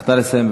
רק נא לסיים.